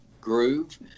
groove